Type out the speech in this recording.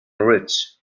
rich